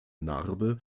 narbe